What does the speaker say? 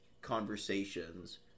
conversations